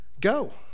go